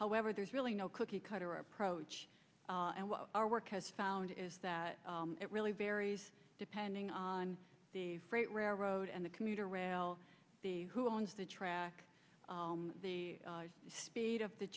however there's really no cookie cutter approach and our work has found is that it really varies depending on the freight railroad and the commuter rail who owns the track the speed of the